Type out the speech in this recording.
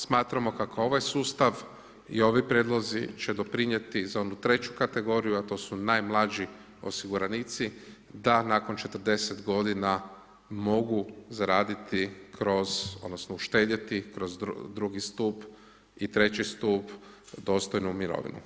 Smatramo kako ovaj sustav i ovi prijedlozi će doprinijeti za onu treću kategoriju a to su najmlađi osiguranici da nakon 40 godina mogu zaraditi kroz, odnosno uštedjeti kroz drugi stup i treći stup dostojnu mirovinu.